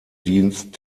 dienst